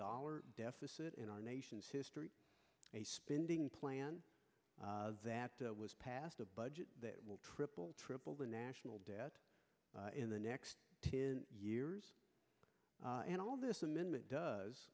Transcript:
dollar deficit in our nation's history a spending plan that was passed a budget that will triple triple the national debt in the next two years and all this amendment does